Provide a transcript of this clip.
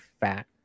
fat